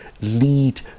lead